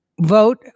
vote